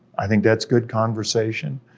i think that's good conversation.